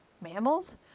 mammals